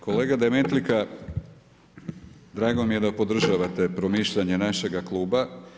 Kolega Demetlika, drago mi je da podržavate promišljanje našega kluba.